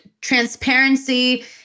transparency